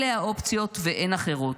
אלה האופציות ואין אחרות".